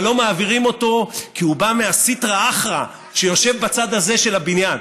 אבל לא מעבירים אותו כי הוא בא מהסיטרא אחרא שיושב בצד הזה של הבניין.